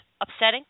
upsetting